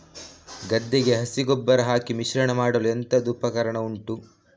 ಗದ್ದೆಗೆ ಹಸಿ ಗೊಬ್ಬರ ಹಾಕಿ ಮಿಶ್ರಣ ಮಾಡಲು ಎಂತದು ಉಪಕರಣ ಉಂಟು?